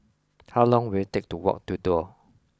how long will it take to walk to Duo